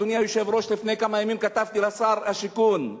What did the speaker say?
אדוני היושב-ראש, לפני כמה ימים כתבתי לשר השיכון.